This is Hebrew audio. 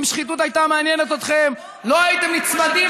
אם שחיתות הייתה מעניינת אתכם לא הייתם נצמדים